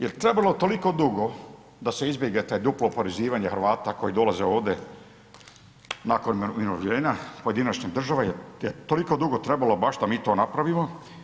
Jel trebalo toliko dugo da se izbjegne duplo oporezivanje Hrvata koji dolaze ovde nakon umirovljenja pojedinačna država, jel toliko dugo trebalo baš da mi to napravimo?